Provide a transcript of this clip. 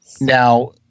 Now